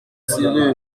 rue